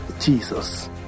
Jesus